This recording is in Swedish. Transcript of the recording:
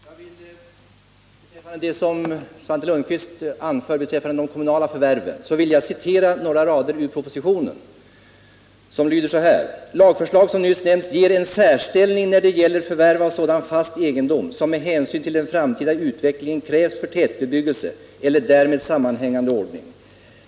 Herr talman! För att bemöta det som Svante Lundkvist anförde om de kommunala förvärven vill jag citera några rader ur betänkandet, nämligen ”att kommun enligt regeringens lagförslag som nyss nämnts ges en särställning när det gäller förvärv av sådan fast egendom som med hänsyn till den framtida utvecklingen krävs för tätbebyggelse eller därmed sammanhängande ordning.